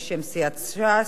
בשם סיעת ש"ס.